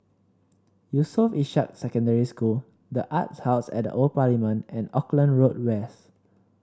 Yusof Ishak Secondary School the Arts House at The Old Parliament and Auckland Road West